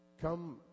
Come